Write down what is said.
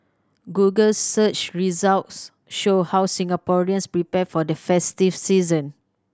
Google search results show how Singaporeans prepare for the festive season